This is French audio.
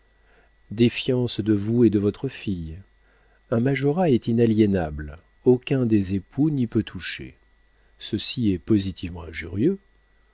défiance de vous et de votre fille un majorat est inaliénable aucun des époux n'y peut toucher ceci est positivement injurieux